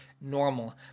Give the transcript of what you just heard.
Normal